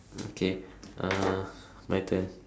okay uh my turn